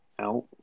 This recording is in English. out